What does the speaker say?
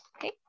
Okay